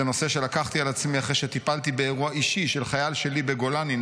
זה נושא שלקחתי על עצמי אחרי שטיפלתי באירוע אישי של חייל שלי בגולני,